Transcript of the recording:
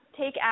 take